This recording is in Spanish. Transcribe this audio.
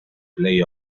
play